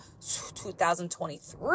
2023